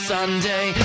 Sunday